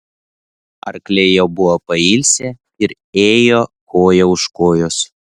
arkliai jau buvo pailsę ir ėjo koja už kojos